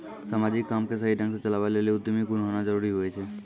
समाजिक काम के सही ढंग से चलावै लेली उद्यमी गुण होना जरूरी हुवै छै